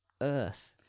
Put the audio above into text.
earth